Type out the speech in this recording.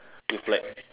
two flag